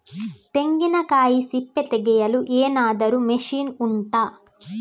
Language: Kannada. ತೆಂಗಿನಕಾಯಿ ಸಿಪ್ಪೆ ತೆಗೆಯಲು ಏನಾದ್ರೂ ಮಷೀನ್ ಉಂಟಾ